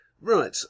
Right